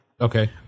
Okay